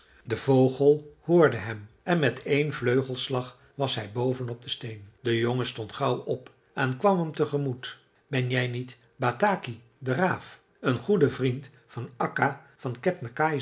de vogel hoorde hem en met één vleugelslag was hij boven op den steen de jongen stond gauw op en kwam hem tegemoet ben jij niet bataki de raaf een goede vriend van akka van